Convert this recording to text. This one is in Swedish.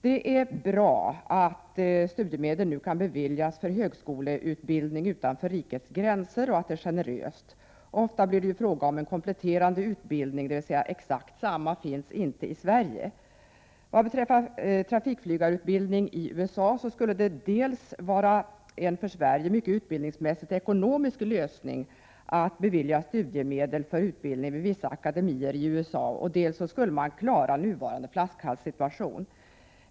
Det är bra att studiemedel nu kan beviljas för högskoleutbildning utanför rikets gränser och att medelstilldelningen är generös. Ofta blir det ju fråga om en kompletterande utbildning, eftersom exakt samma utbildning inte finns i Sverige. Vad beträffar trafikflygarutbildning i USA skulle det dels vara en för Sverige utbildningsmässigt mycket ekonomisk lösning att bevilja studiemedel för utbildning vid vissa akademier där, dels skulle man klara nuvarande flaskhalssituation.